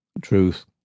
truth